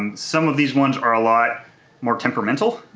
um some of these ones are a lot more temperamental.